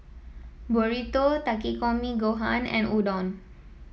Burrito Takikomi Gohan and Udon